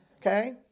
Okay